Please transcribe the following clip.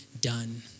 done